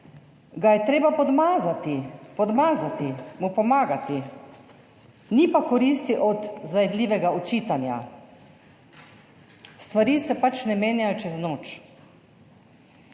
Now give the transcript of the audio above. ga je treba podmazati, podmazati, mu pomagati. Ni pa koristi od zajedljivega očitanja. Stvari se pač ne menjajo čez noč.